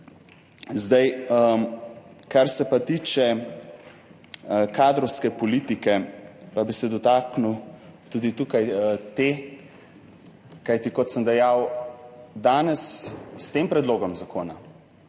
Kar se pa tiče kadrovske politike, pa bi se dotaknil tudi te, kajti, kot sem dejal, danes s tem predlogom zakona